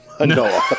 no